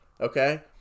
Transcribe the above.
Okay